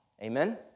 Amen